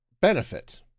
benefit